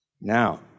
Now